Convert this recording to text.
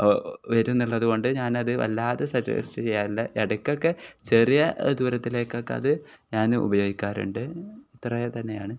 വരും എന്ന് ഉള്ളത് കൊണ്ട് ഞാൻ അത് വല്ലാതെ സജസ്റ്റ് ചെയ്യാറില്ല ഇടയ്ക്ക് ഒക്കെ ചെറിയ ദൂരത്തിലേക്ക് ഒക്കെ അത് ഞാൻ ഉപയോഗിക്കാറുണ്ട് ഇത്രയും തന്നെയാണ്